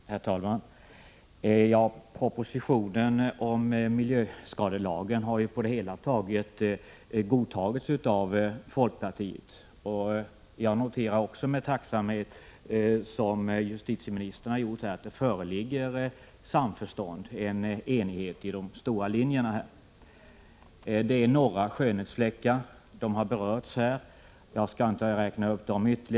Herr talman! Propositionen om miljöskadelagen har på det hela taget godtagits av folkpartiet. Jag noterar också med tacksamhet, liksom justitieministern, att det föreligger samförstånd, en enighet om de stora linjerna. Det finns några skönhetsfläckar. De har redan berörts så jag skall inte räkna upp dem igen.